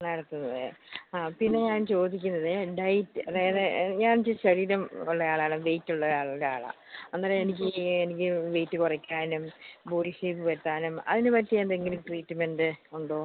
അടുത്തത് വേ ആ പിന്നെ ഞാൻ ചോദിക്കുന്നത് ഡയറ്റ് വേറെ ഞാൻ ഇച്ചിരി ശരീരം ഉള്ളയാളാണ് വെയിറ്റുള്ളയാളാണ് അന്നേരം എനിക്കീ എനിക്ക് വെയിറ്റ് കുറക്കാനും ബോഡി ഷേപ്പ് വരുത്താനും അതിന് പറ്റിയെന്തെങ്കിലും ട്രീറ്റ്മെൻറ്റ് ഉണ്ടോ